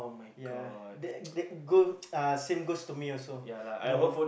ya that that go same goes to me also you know